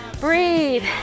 breathe